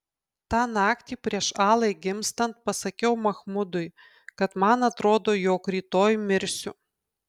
tą naktį prieš alai gimstant pasakiau machmudui kad man atrodo jog rytoj mirsiu